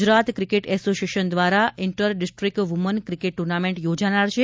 Gujarat cricket association દ્વારા inter district woman cricket tournament યોજાનાર છે